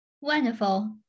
Wonderful